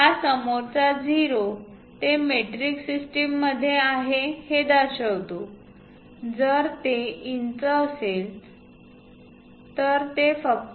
हा समोरचा 0 ते मेट्रिक सिस्टममध्ये आहे हे दर्शवितो जर ते इंच असेल तर ते फक्त